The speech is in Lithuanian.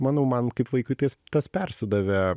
manau man kaip vaikui tas persidavė